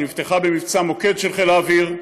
שנפתחה במבצע מוקד של חיל האוויר,